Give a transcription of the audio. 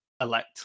elect